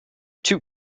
two